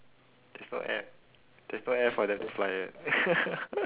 there's no air there's no air for them to fly [what]